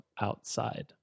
outside